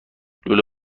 لوله